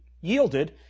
yielded